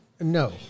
No